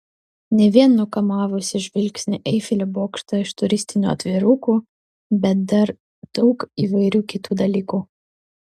ne vien nukamavusį žvilgsnį eifelio bokštą iš turistinių atvirukų bet dar daug įvairių kitų dalykų